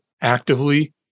actively